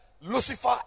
lucifer